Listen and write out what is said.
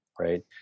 Right